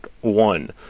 one